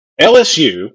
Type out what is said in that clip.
LSU